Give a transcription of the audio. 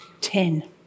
Ten